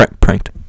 Pranked